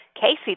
Casey